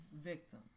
victim